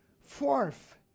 Fourth